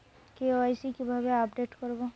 KYC কিভাবে update করব?